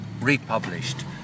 republished